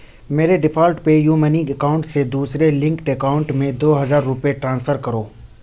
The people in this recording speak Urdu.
میرے default PayU Money account سے دوسرے لنکڈ اکاؤنٹ میں دو ہزار روپے ٹرانسفر کرو